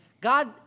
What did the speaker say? God